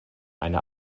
eine